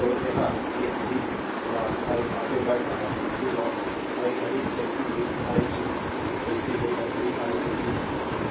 तो यह एक घड़ी वार आई आगे बढ़ रहा हूं घड़ी वार आई घड़ी चलती हूं आई चलती हूं और घड़ी आई चलती हूं